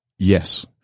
Yes